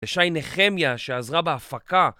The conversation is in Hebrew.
לשי נחמיה שעזרה בהפקה